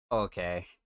Okay